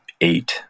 eight